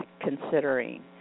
considering